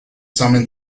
summoned